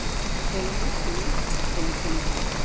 খেল মই সকলোৱে খেলি খেলি ভালপায়